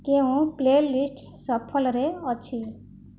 କେଉଁ ପ୍ଲେଲିଷ୍ଟ ଶଫଲରେ ଅଛି